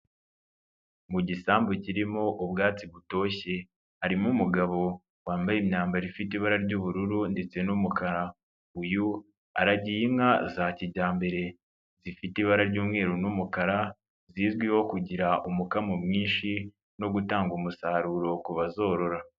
Mu gisambu kirimo ubwatsi butoshye, harimo umugabo wambaye imyambaro ifite ibara ry'ubururu ndetse n'umukara, uyu aragiye inka za kijyambere, zifite ibara ry'umweru n'umukara zizwiho kugira umukamo mwinshi no gutanga umusaruro ku bazorora.